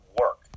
work